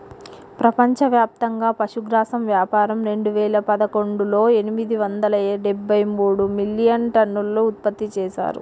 ప్రపంచవ్యాప్తంగా పశుగ్రాసం వ్యాపారం రెండువేల పదకొండులో ఎనిమిది వందల డెబ్బై మూడు మిలియన్టన్నులు ఉత్పత్తి చేశారు